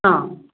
हां